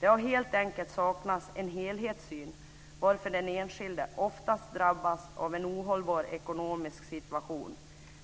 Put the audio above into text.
Det har helt enkelt saknats en helhetssyn, varför den enskilda ofta drabbats av en ohållbar ekonomisk situation.